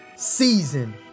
Season